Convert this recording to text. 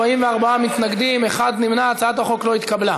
אנחנו נעבור, אם כן, כעת להצבעה